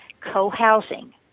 Co-housing